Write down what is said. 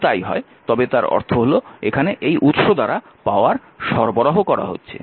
যদি তাই হয় তবে তার অর্থ হল এখানে এই উৎস দ্বারা পাওয়ার সরবরাহ করা হচ্ছে